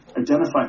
Identify